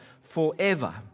forever